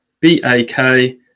B-A-K